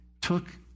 took